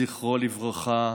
זכרו לברכה,